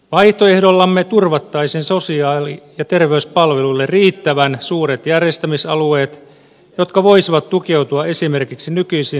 vaihtoehdollamme turvattaisiin sosiaali ja terveyspalveluille riittävän suuret järjestämisalueet jotka voisivat tukeutua esimerkiksi nykyisiin sairaanhoitopiirialueisiin